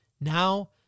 Now